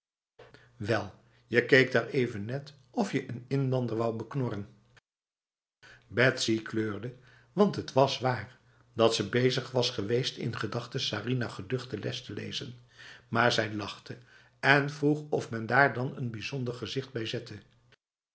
wel je keek daareven net of je een inlander wou beknorren betsy kleurde want het was waar dat ze bezig was geweest in gedachten sarinah geducht de les te lezen maar zij lachte en vroeg of men daar dan n bijzonder gezicht bij zette